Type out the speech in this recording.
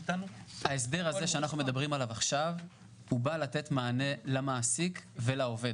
ההסבר הזה שאנחנו מציגים בא לתת מענה למעסיק ולעובד.